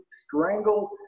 strangle